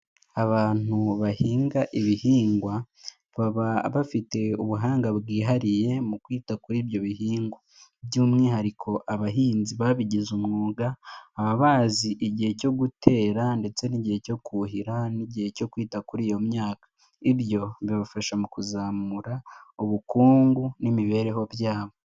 Abantu bahinga ibihingwa, baba bafite ubuhanga bwihariye mu kwita kuri ibyo bihingwa, by'umwihariko abahinzi babigize umwuga, baba bazi igihe cyo gutera, ndetse n'igihe cyo kuhira n'igihe cyo kwita kuri iyo myaka, ibyo bibafasha mu kuzamura ubukungu n'imibereho byabo.